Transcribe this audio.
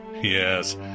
Yes